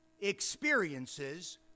experiences